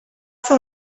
fer